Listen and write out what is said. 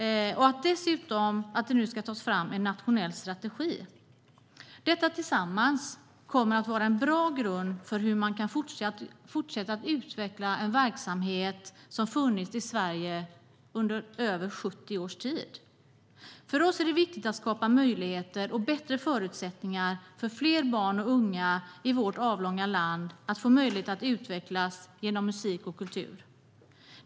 Nu ska dessutom en nationell strategi tas fram. Tillsammans kommer detta att ge en bra grund för hur man kan fortsätta att utveckla en verksamhet som har funnits i Sverige i över 70 års tid. För oss är det viktigt att skapa möjligheter och bättre förutsättningar för fler barn och unga i vårt avlånga land att utvecklas genom musik och kultur.